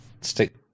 stick